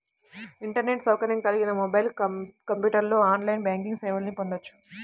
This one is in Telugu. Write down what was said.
ఇంటర్నెట్ సౌకర్యం కలిగిన మొబైల్, కంప్యూటర్లో ఆన్లైన్ బ్యాంకింగ్ సేవల్ని పొందొచ్చు